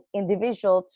individual